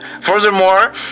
furthermore